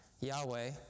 Yahweh